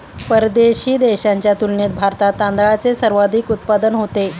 परदेशी देशांच्या तुलनेत भारतात तांदळाचे सर्वाधिक उत्पादन होते